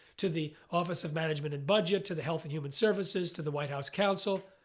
to the office of management and budget, to the health and human services, to the white house counsel,